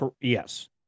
Yes